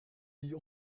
die